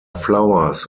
flowers